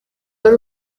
wari